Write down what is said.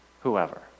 whoever